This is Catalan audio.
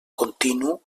continu